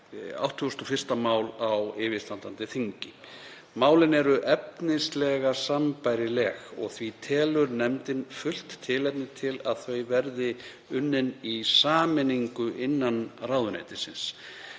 sbr. 81. mál á yfirstandandi þingi. Málin eru efnislega sambærileg og því telur nefndin fullt tilefni til að þau verði unnin í sameiningu innan ráðuneytisins.